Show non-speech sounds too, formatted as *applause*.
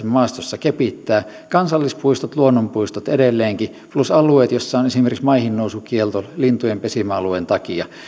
*unintelligible* maastossa kepittää kansallispuistot luonnonpuistot edelleenkin merkitään plus alueet joilla on esimerkiksi maihinnousukielto lintujen pesimäalueen takia